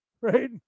right